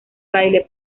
baile